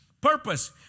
purpose